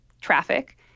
traffic